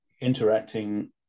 interacting